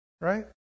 right